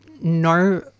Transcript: No